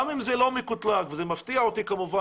גם אם זה לא מקוטלג וזה מפתיע אותי כמובן